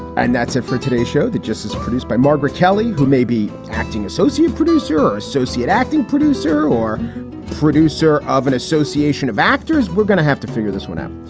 and that's it for today's show that just is produced by margaret kelly, who may be acting associate producer or associate acting producer or producer of an association of actors. we're gonna have to figure this one out.